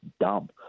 dumb